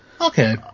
Okay